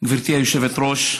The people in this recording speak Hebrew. גברתי היושבת-ראש,